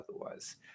otherwise